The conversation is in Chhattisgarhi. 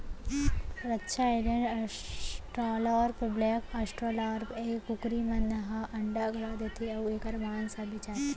रद्दा आइलैंड, अस्टालार्प, ब्लेक अस्ट्रालार्प ए कुकरी मन ह अंडा घलौ देथे अउ एकर मांस ह बेचाथे